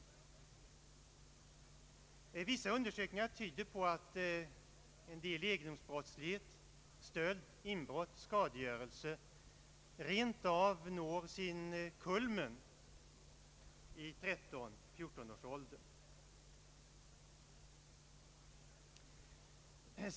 Det finns undersökningar som tyder på att viss egendomsbrottslighet — stöld, inbrott, skadegörelse — rent av når sin kulmen i 13—14-årsåldern.